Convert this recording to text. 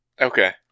Okay